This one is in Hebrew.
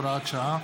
הוראת שעה),